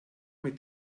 mit